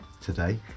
today